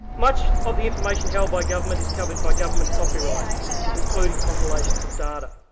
much of the information held by government is covered by government copyright including compilations of data.